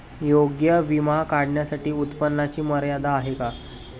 आरोग्य विमा काढण्यासाठी उत्पन्नाची मर्यादा आहे का?